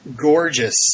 gorgeous